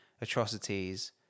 atrocities